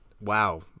wow